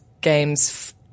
games